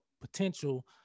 potential